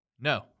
No